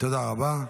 תודה רבה.